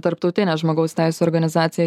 tarptautinė žmogaus teisių organizacija